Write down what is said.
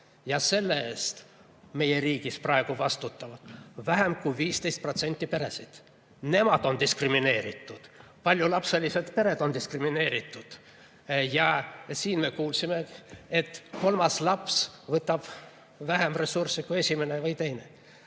vastutab meie riigis praegu vähem kui 15% peresid. Nemad on diskrimineeritud. Paljulapselised pered on diskrimineeritud. Ja siin me kuulsime, et kolmas laps võtab vähem ressursse kui esimene või teine.